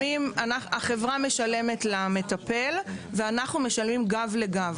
החברה משלמת למטפל, ואנחנו משלמים גב לגב.